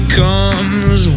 comes